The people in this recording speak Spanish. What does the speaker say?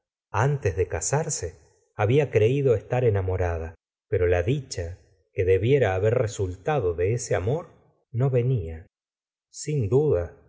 antes de casarse había creído estar enamo rada pero la dicha que debiera haber resultado de ese amor no venía sin duda